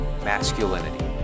masculinity